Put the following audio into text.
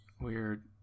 Weird